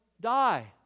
die